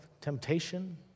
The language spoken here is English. temptation